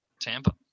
Tampa